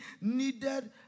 needed